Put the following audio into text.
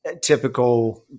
typical